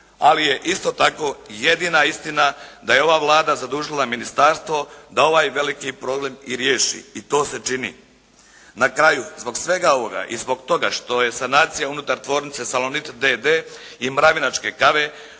ali je isto tako jedina istina da je ova Vlada zadužila ministarstvo da ovaj veliki problem i riješi i to se čini. Na kraju, zbog svega ovoga i zbog toga što je sanacija unutar tvornice Salonit d.d. i Mravinačke kave